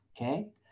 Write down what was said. Okay